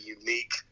unique